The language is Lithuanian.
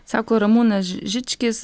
sako ramūnas ži žičkis